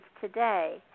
today